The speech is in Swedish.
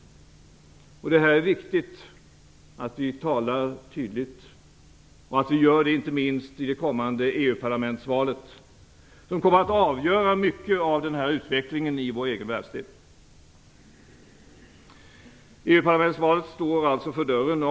Det viktigt att vi talar tydligt, inte minst i det kommande EU-parlamentsvalet som kommer att avgöra mycket av den här utvecklingen i vår egen världsdel. EU-parlamentsvalet står alltså för dörren.